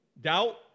doubt